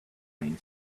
trying